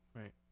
Right